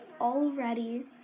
already